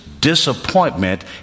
disappointment